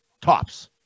Tops